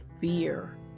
fear